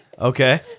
okay